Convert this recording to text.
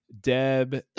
deb